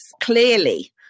clearly